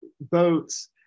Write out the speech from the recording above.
boats